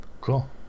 Cool